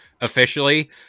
officially